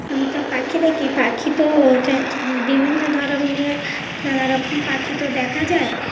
আমি তো পাখি দেখি পাখি তো ওটা বিভিন্ন ধরনের নানারকম পাখি তো দেখা যায়